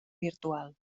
virtual